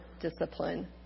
discipline